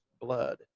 blood